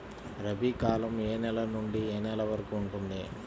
రబీ కాలం ఏ నెల నుండి ఏ నెల వరకు ఉంటుంది?